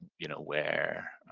you know where,